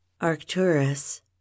arcturus